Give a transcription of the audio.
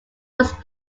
was